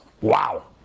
Wow